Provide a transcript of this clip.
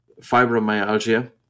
fibromyalgia